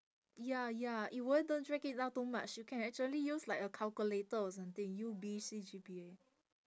ya ya it wouldn't drag it down too much you can actually use like a calculator or something U_B_C G_P_A